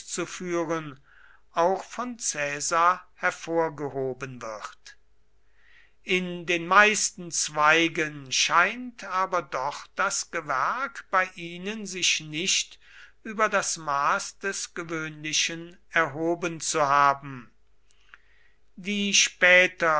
auszuführen auch von caesar hervorgehoben wird in den meisten zweigen scheint aber doch das gewerk bei ihnen sich nicht über das maß des gewöhnlichen erhoben zu haben die später